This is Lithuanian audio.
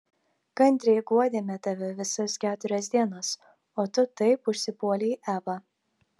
kantriai guodėme tave visas keturias dienas o tu taip užsipuolei evą